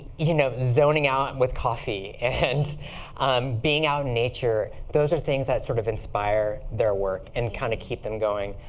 you know zoning out with coffee and um being out in nature. those are things that sort of inspire their work and kind of keep them going.